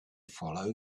follow